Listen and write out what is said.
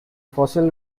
fossil